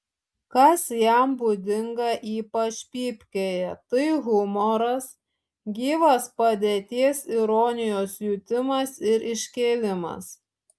kas jam būdinga ypač pypkėje tai humoras gyvas padėties ironijos jutimas ir iškėlimas